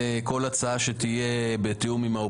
לנו שאתם לא מוכנים לשמוע אותנו,